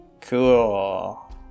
Cool